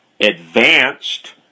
advanced